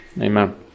Amen